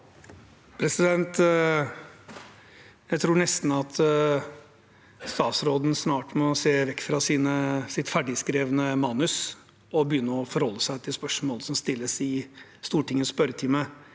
Jeg tror nesten statsråden snart må se vekk fra sitt ferdigskrevne manus og begynne å forholde seg til spørsmålene som stilles i Stortingets spørretime.